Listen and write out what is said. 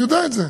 אני יודע את זה,